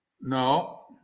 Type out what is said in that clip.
No